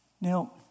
Now